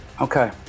Okay